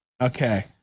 Okay